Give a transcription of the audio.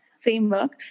framework